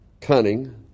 cunning